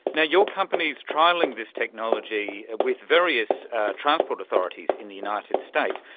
yeah your company is trialling this technology with various transport authorities in the united states.